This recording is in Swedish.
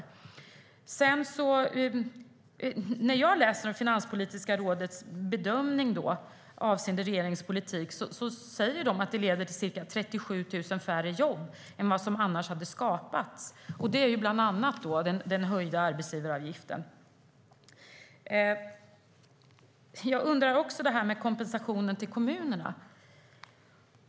I sin bedömning av regeringens politik säger Finanspolitiska rådet att den leder till ca 37 000 färre jobb än vad som annars hade skapats. Det gäller bland annat den höjda arbetsgivaravgiften. Jag undrar över kompensationen till kommunerna.